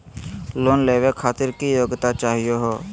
Loan लेवे खातीर की योग्यता चाहियो हे?